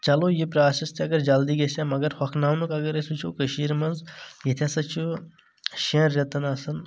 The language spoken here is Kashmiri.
چلو یہِ پراسیٚس تہِ اگر جلدی گژھہِ ہا مگر ہۄکھناونُک اگر أسۍ وُچھو کٔشیٖرِ منٛز ییٚتہِ ہسا چھُ شیٚن رٮ۪تن آسان